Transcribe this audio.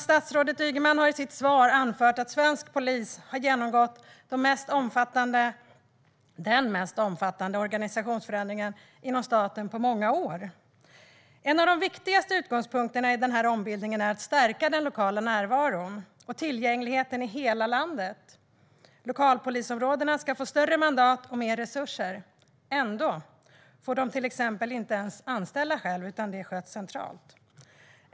Statsrådet Ygeman har i sitt svar anfört att svensk polis har genomgått den mest omfattande organisationsförändringen inom staten på många år. En av de viktigaste utgångspunkterna i denna ombildning är att stärka den lokala närvaron och öka tillgängligheten i hela landet. Lokalpolisområdena ska få större mandat och mer resurser. Ändå får de inte ens själva anställa, utan det sköts centralt.